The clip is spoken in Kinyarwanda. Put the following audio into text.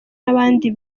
n’abandi